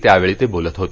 त्यावेळी ते बोलत होते